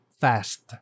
fast